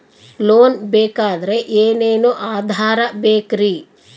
Loan ಬೇಕಾದ್ರೆ ಏನೇನು ಆಧಾರ ಬೇಕರಿ?